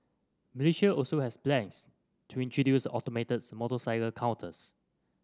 Malaysia also has plans to introduce automates motorcycle counters